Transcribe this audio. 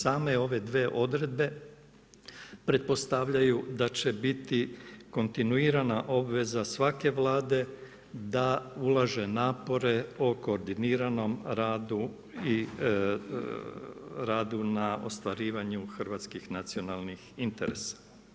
Same ove dvije odredbe pretpostavljaju da će biti kontinuirana obveza svake Vlade da ulaže napore o koordiniranom radu i radu na ostvarivanju hrvatskih nacionalnih interesa.